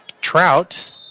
Trout